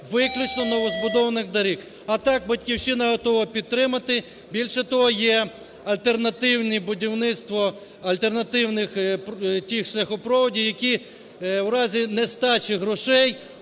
виключно новозбудованих доріг. А так "Батьківщина" готова підтримати. Більше того, є альтернативне будівництво альтернативних тих шляхопроводів, які в разі нестачі грошей